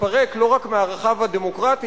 התפרק לא רק מערכיו הדמוקרטיים,